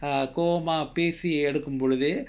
err கோவமா பேசி எடுக்கும் பொழுது:koovamaa pesi edukkum pozhuthu